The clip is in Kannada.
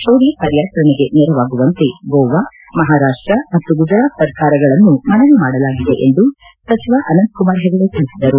ಶೋಧ ಕಾರ್ಯಾಚರಣೆಗೆ ನೆರವಾಗುವಂತೆ ಗೋವಾ ಮಹಾರಾಷ್ಟ ಮತ್ತು ಗುಜರಾತ್ ಸರ್ಕಾರಗಳನ್ನೂ ಮನವಿ ಮಾಡಲಾಗಿದೆ ಎಂದು ಸಚಿವ ಅನಂತ್ಕುಮಾರ್ ಹೆಗಡೆ ತಿಳಿಸಿದರು